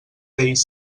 tic